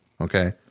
Okay